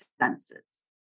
senses